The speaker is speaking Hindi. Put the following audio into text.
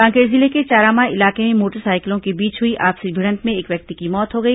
कांकेर जिले के चारामा इलाके में मोटरसाइकिलों के बीच हुई आपसी भिडंत में एक व्यक्ति की मौत हो गई